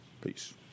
Peace